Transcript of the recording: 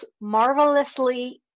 Marvelously